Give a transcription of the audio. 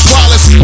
Wallace